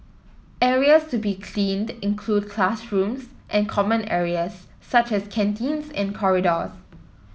areas to be cleaned include classrooms and common areas such as canteens and corridors